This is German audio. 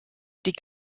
die